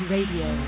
Radio